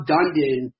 Dundon